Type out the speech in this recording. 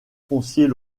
fonciers